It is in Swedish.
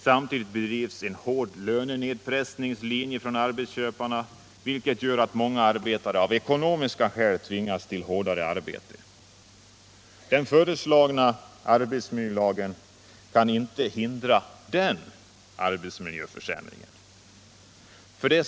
Samtidigt bedrivs en hård lönenedpressningslinje av arbetsköparna, vilket gör att många arbetare av ekonomiska skäl tvingas till hårdare arbete. Den föreslagna arbetsmiljölagen kan inte hindra denna arbetsmiljöförsämring.